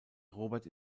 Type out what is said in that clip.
robert